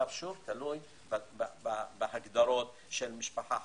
שוב תלוי בהגדרות של משפחה חד-הורית,